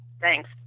Thanks